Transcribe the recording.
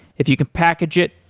if you can package it,